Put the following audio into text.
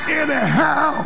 anyhow